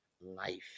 life